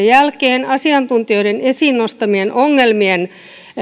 jälkeen asiantuntijoiden esiin nostamien ongelmien